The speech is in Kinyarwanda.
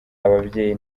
ababyeyi